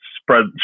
spread